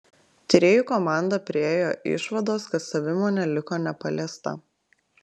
tyrėjų komanda priėjo išvados kad savimonė liko nepaliesta